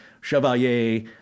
Chevalier